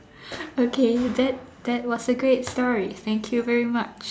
okay that that was a great story thank you very much